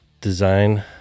design